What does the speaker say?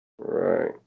Right